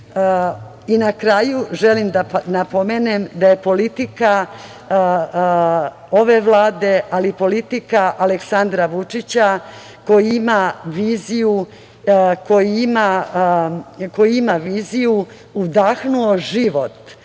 kraju želim da napomenem, da je politika ove Vlade, ali i politika Aleksandra Vučića, koji ima viziju udahnula život